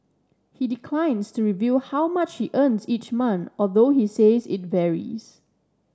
he declines to reveal how much earns each month although he says it varies